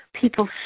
People